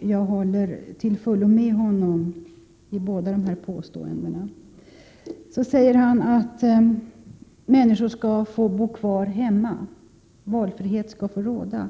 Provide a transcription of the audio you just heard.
Jag håller till fullo med honom i båda de här påståendena. Sedan säger Bengt Lindqvist att människor skall få bo kvar hemma. Valfrihet skall få råda.